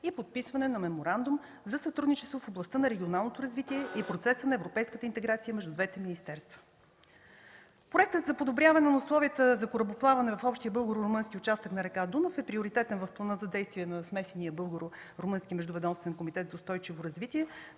и подписване на Меморандум за сътрудничество в областта на регионалното развитие и процеса на европейската интеграция между двете министерства. Проектът за подобряване условията за корабоплаване в общия българо-румънски участък на река Дунав е приоритетен в Плана за действие на Смесения българо-румънски междуведомствен комитет за устойчиво развитие